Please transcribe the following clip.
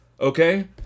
okay